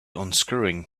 unscrewing